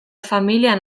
familian